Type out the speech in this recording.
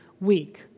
week